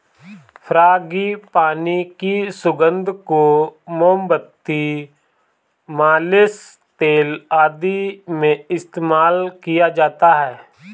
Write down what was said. frangipani की सुगंध को मोमबत्ती, मालिश तेल आदि में इस्तेमाल किया जाता है